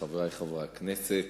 חברי חברי הכנסת,